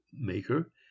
maker